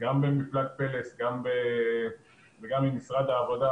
גם במפלג "פלס" וגם במשרד העבודה.